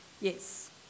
Yes